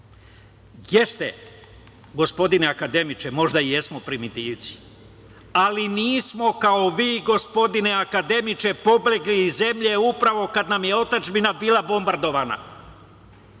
Jeste, gospodine akademiče, možda jesmo primitivci, ali nismo kao vi gospodine akademiče pobegli iz zemlje upravo kada nam je otadžbina bila bombardovana.